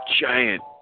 giant